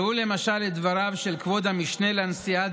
ראו למשל את דבריו של כבוד המשנה לנשיאה